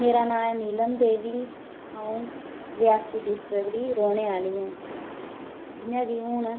मेरा नांऽ ऐ नीलम देवी अं'ऊ रियासी डिस्ट्रिक्ट दी रौह्ने आह्ली ऐं जि'यां कि हून